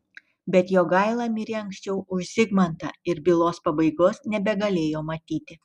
bet jogaila mirė anksčiau už zigmantą ir bylos pabaigos nebegalėjo matyti